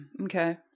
Okay